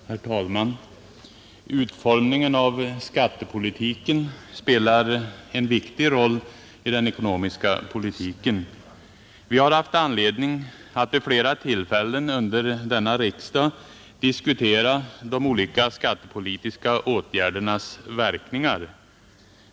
Herr talman! Utformningen av skattepolitiken spelar en viktig roll i den ekonomiska politiken. Vi har haft anledning vid flera tillfällen under denna riksdag att diskutera de olika skattepolitiska åtgärdernas verkningar.